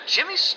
Jimmy